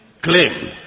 claim